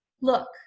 look